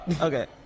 Okay